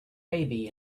baby